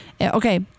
Okay